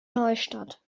neustadt